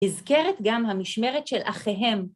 נזכרת גם המשמרת של אחיהם.